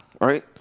right